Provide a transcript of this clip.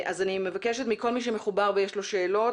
אני מבקשת מכל מי שמחובר ויש לו שאלות,